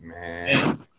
Man